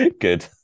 Good